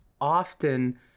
often